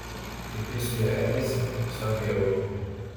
kaip ji su juo elgiasi tiesiog bjauriai